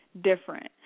different